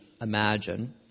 imagine